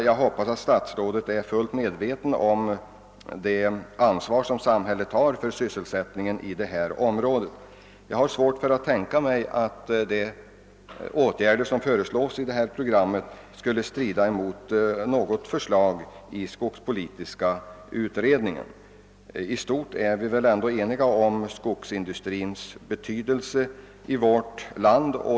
Jag hoppas att statsrådet är fullt medveten om det ansvar som samhället har för sysselsättningen i detta område. Jag har svårt att tänka mig att de åtgärder som föreslås i programmet skulle strida mot något förslag från skogspolitiska utredningen. I stort är vi väl ändå eniga om skogsindustrins betydelse i vårt land.